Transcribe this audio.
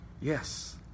Yes